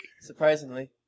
Surprisingly